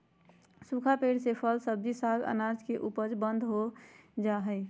सूखा पेड़ से फल, सब्जी, साग, अनाज के उपज बंद हो जा हई